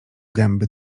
gęby